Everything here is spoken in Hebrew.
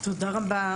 תודה רבה,